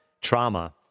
trauma